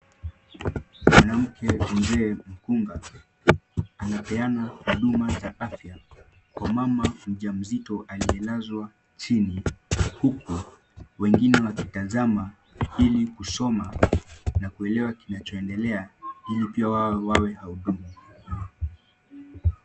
Mwanamke mzee mkunga anapeana huduma za afya kwa mama mjamzito aliyelazwa chini ,huku wengine wakitazama, ili kusoma na kuelewa kinachoendelea ,ili pia wao wawe wahudumu .